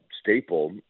staple